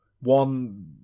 one